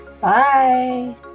Bye